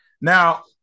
Now